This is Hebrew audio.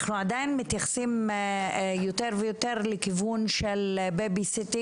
אנחנו עדיין מתייחסים יותר ויותר על הכיוון של Babysitting